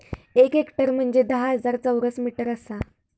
एक हेक्टर म्हंजे धा हजार चौरस मीटर आसा